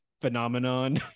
phenomenon